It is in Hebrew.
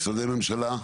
משרדי ממשלה?